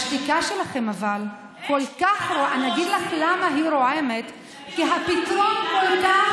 השתיקה שלכם כל כך לא, אין שתיקה, אנחנו רוצים.